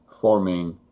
forming